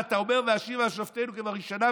ואתה אומר "והשיבה שופטינו כבראשונה",